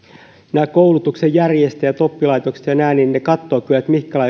nämä koulutuksen järjestäjät oppilaitokset ja nämä katsovat kyllä